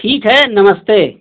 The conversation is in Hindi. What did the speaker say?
ठीक है नमस्ते